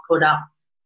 products